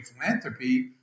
philanthropy